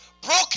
broken